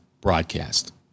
broadcast